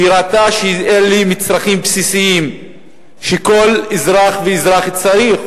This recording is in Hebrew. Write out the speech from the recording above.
כי היא ראתה שאלה מצרכים בסיסיים שכל אזרח ואזרח צריך.